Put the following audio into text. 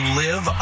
live